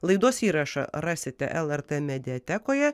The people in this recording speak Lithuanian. laidos įrašą rasite lrt mediatekoje